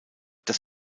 dass